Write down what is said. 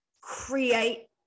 create